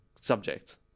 subject